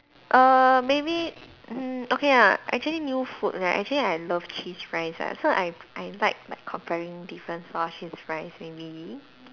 err maybe mm okay ah actually new food right actually I love cheese fries ah so I I invite like comparing different sauce cheese fries